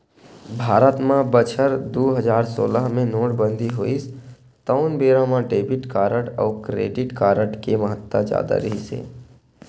भारत म बछर दू हजार सोलह मे नोटबंदी होइस तउन बेरा म डेबिट कारड अउ क्रेडिट कारड के महत्ता जादा रिहिस हे